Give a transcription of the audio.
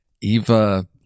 Eva